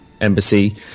embassy